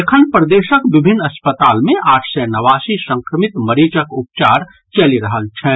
एखन प्रदेशक विभिन्न अस्पताल मे आठ सय नवासी संक्रमित मरीजक उपचार चलि रहल छनि